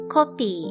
Copy